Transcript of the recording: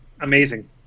amazing